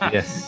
Yes